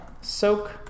soak